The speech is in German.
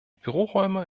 büroräume